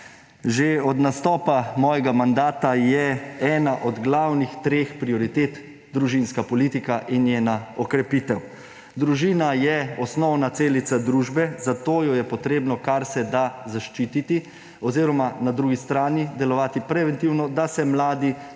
Že od nastopa mojega mandata je ena od glavnih treh prioritet družinska politika in njena okrepitev. Družina je osnovna celica družbe, zato jo je treba karseda zaščititi oziroma na drugi strani delovati preventivno, da se mladi